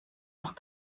noch